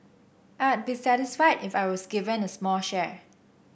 I'd be satisfied if I was given a small share